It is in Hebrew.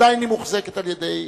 עדיין היא מוחזקת על-ידי,